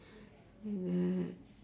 hmm